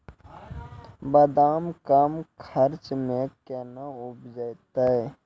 बादाम कम खर्च मे कैना उपजते?